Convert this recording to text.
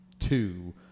two